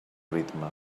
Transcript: ritme